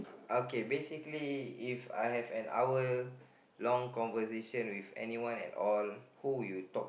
okay basically If I have an hour long conversation with anyone at all who would you talk